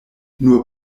nur